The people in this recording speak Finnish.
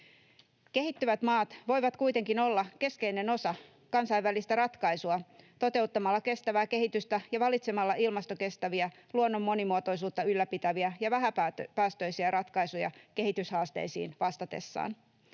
Kehittyvät maat voivat kuitenkin olla keskeinen osa kansainvälistä ratkaisua toteuttamalla kestävää kehitystä ja valitsemalla ilmastokestäviä, luonnon monimuotoisuutta ylläpitäviä ja vähäpäästöisiä ratkaisuja kehityshaasteisiin vastatessaan.